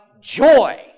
joy